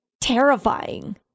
terrifying